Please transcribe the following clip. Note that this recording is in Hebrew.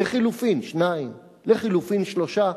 לחלופין שניים, לחלופין שלושה.